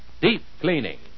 Deep-cleaning